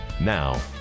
Now